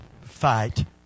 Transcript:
fight